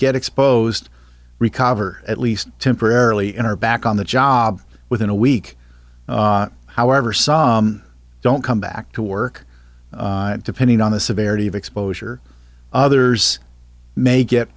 get exposed recover at least temporarily and are back on the job within a week however some don't come back to work depending on the severity of exposure others may get